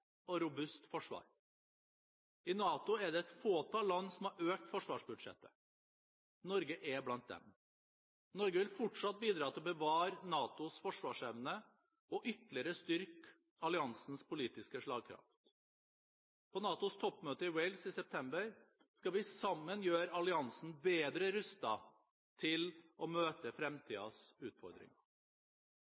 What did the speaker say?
I NATO er det et fåtall land som har økt forsvarsbudsjettet. Norge er blant dem. Norge vil fortsatt bidra til å bevare NATOs forsvarsevne og ytterligere styrke alliansens politiske slagkraft. På NATOs toppmøte i Wales i september skal vi sammen gjøre alliansen bedre rustet til å møte